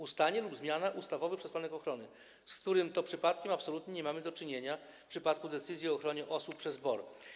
Ustanie lub zmiana ustawowych przesłanek ochrony, z którym to przypadkiem absolutnie nie mamy do czynienia w przypadku decyzji o ochronie osób przez BOR.